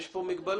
יש פה מגבלות.